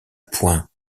point